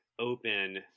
open